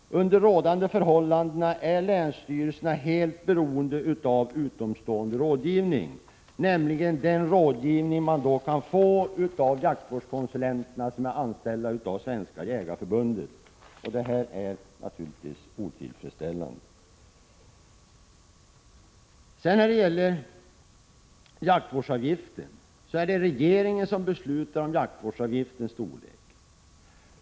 Under rådande förhållanden är länsstyrelserna helt beroende av utomstående rådgivning, nämligen den rådgivning som de kan få av de jaktvårdskonsulenter som är anställda av Svenska jägareförbundet. Detta är naturligtvis otillfredsställande. Det är regeringen som beslutar om jaktvårdsavgiftens storlek.